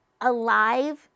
alive